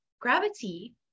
Gravity